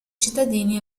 cittadini